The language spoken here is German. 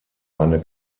eine